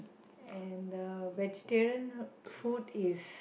and vegetarian food is